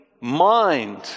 mind